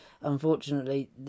Unfortunately